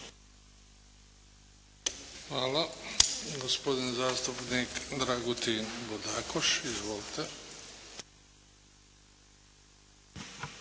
Hvala. Gospodin zastupnik Dragutin Bodakoš. Izvolite.